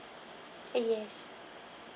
uh yes